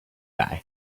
guy